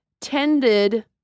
tended